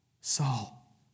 Saul